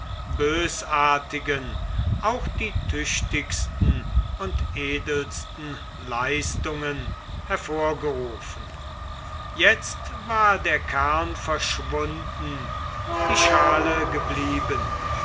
bösartigen auch die tüchtigsten und edelsten leistungen hervorgerufen jetzt war der kern verschwunden die schale geblieben